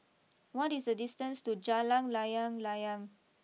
what is the distance to Jalan Layang Layang